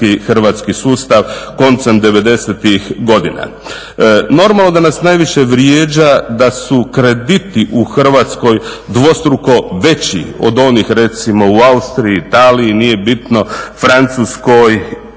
hrvatski sustav koncem devedesetih godina. Normalno da nas najviše vrijeđa da su krediti u Hrvatskoj dvostruko veći od onih recimo u Austriji, Italiji, nije bitno, Francuskoj,